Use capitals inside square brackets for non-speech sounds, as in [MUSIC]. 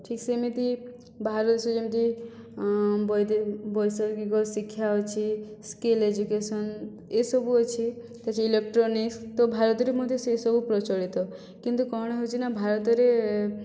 ଠିକ୍ ସେମିତି ବାହାର ଦେଶ ଯେମିତି ବୈଦ ବୈଷୟିକ ଶିକ୍ଷା ଅଛି ସ୍କିଲ୍ ଏଜୁକେଶନ୍ ଏଇସବୁ ଅଛି [UNINTELLIGIBLE] ଇଲେକ୍ଟ୍ରୋନିକ୍ସ୍ ତ ଭାରତରେ ମଧ୍ୟ ସେହି ସବୁ ପ୍ରଚଳିତ କିନ୍ତୁ କଣ ହେଉଛି ନା ଭାରତରେ